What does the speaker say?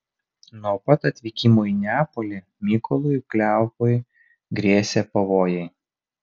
nuo pat atvykimo į neapolį mykolui kleopui grėsė pavojai